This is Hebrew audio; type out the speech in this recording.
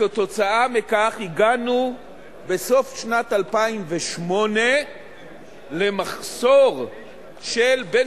עקב כך הגענו בסוף שנת 2008 למחסור שבין